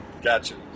Gotcha